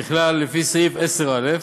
ככלל, לפי סעיף 10(א)